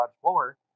floor